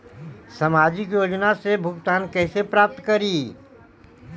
सामाजिक योजना से भुगतान कैसे प्राप्त करी?